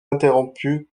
interrompus